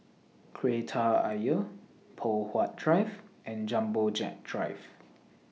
Kreta Ayer Poh Huat Drive and Jumbo Jet Drive